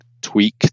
tweak